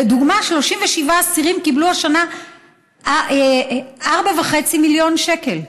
לדוגמה, 37 אסירים קיבלו השנה 4.5 מיליון שקל.